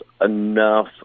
enough